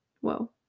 Whoa